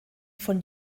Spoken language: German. von